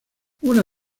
una